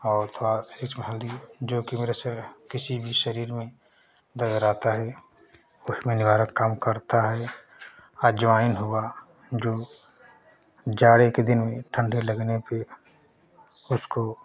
और थोड़ा उसमें हल्दी जो कि मेरे किसी भी शरीर में दर्द रहता है उसमें निवारक काम करता है अजवाइन हुआ जो जाड़े के दिन में ठंडी लगने पर उसको